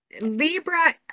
libra